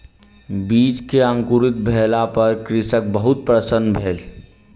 बीज के अंकुरित भेला पर कृषक बहुत प्रसन्न भेल